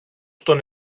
στον